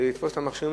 כדי לתפוס את המכשירים,